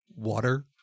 Water